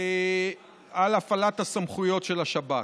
על הפעלת הסמכויות של השב"כ.